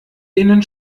denen